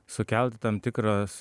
sukelti tam tikras